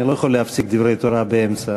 אני לא יכול להפסיק דברי תורה באמצע,